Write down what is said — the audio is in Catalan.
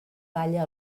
palla